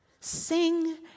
Sing